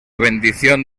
bendición